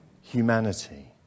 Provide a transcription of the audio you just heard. humanity